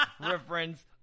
reference